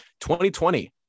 2020